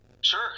Sure